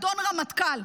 אדון רמטכ"ל,